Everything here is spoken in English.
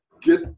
get